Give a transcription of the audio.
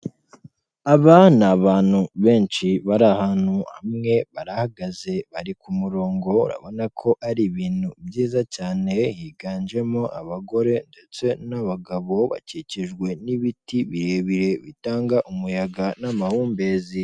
Aba ni abantu benshi bari ahantu hamwe barahagaze bari ku murongo urabona ko ari ibintu byiza cyane, higanjemo abagore ndetse n'abagabo bakikijwe n'ibiti birebire bitanga umuyaga n'amahumbezi.